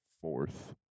fourth